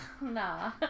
Nah